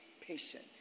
patient